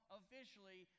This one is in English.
officially